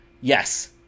Yes